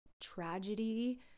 tragedy